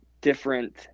different